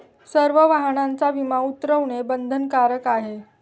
सर्व वाहनांचा विमा उतरवणे बंधनकारक आहे